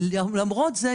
למרות זה,